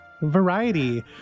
variety